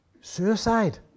suicide